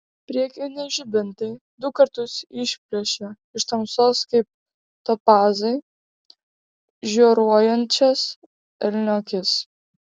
priekiniai žibintai du kartus išplėšė iš tamsos kaip topazai žioruojančias elnio akis